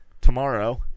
tomorrow